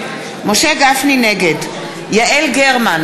יעל גרמן,